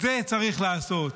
את זה צריך לעשות,